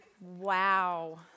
Wow